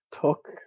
took